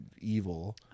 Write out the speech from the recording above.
evil